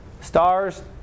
stars